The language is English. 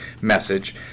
message